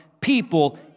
people